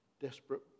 desperate